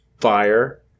fire